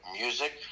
music